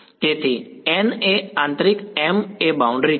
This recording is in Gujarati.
તેથી n એ આંતરિક m એ બાઉન્ડ્રી છે